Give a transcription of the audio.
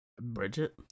bridget